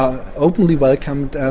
ah openly welcomed,